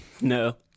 No